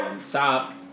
stop